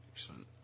Excellent